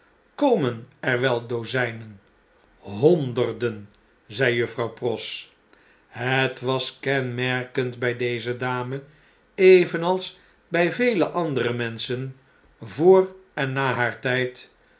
komen er wel d o z ij n e n honderden i zei juffrouw pross het was kenmerkend bij deze dame evenals bij vele andere menschen voor en na haar